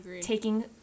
taking